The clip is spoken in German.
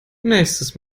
nächstes